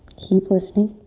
keep listening.